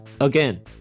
again